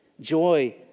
Joy